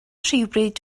rhywbryd